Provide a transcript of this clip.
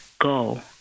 Go